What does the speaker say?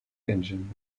engine